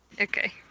Okay